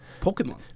Pokemon